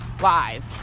live